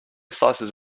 slices